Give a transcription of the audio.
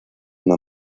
una